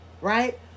right